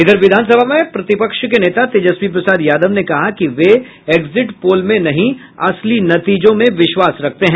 इधर विधानसभा में प्रतिपक्ष के नेता तेजस्वी प्रसाद यादव ने कहा कि वे एक्जिट पोल में नहीं असली नतीजों में विश्वास रखते हैं